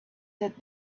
that